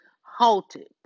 halted